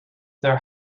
their